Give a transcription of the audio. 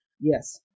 Yes